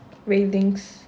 railings